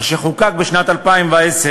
אשר חוקק בשנת 2010,